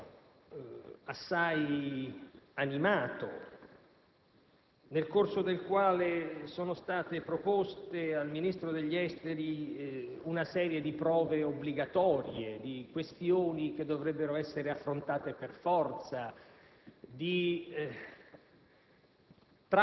da un confronto pubblico assai animato, nel corso del quale è stata proposta al Ministro degli affari esteri una serie di prove obbligatorie, di questioni che dovrebbero essere affrontate per forza,